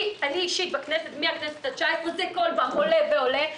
אני אישית בכנסת מאז הכנסת התשע-עשרה וזה כל פעם עולה ועולה.